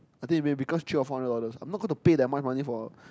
I think maybe because three or four hundred dollars I'm not gonna pay that much money for